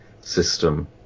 system